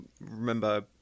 remember